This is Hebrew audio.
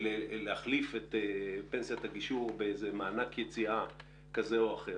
של להחליף את פנסיית הגישור במענק יציאה כזה או אחר.